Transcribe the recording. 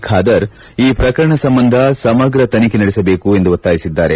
ಖಾದರ್ ಈ ಪ್ರಕರಣ ಸಂಬಂಧ ಸಮಗ್ರ ತನಿಖೆ ನಡೆಸಬೇಕು ಎಂದು ಒತ್ತಾಯಿಸಿದ್ದಾರೆ